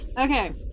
Okay